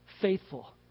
faithful